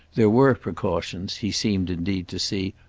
there were precautions, he seemed indeed to see,